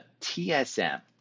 tsm